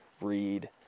read